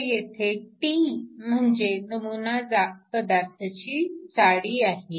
तर येथे t म्हणजे नमुना पदार्थाची जाडी आहे